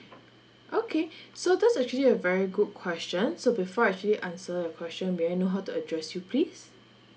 okay so that's actually a very good question so before I actually answer your question may I know how to address you please